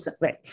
Right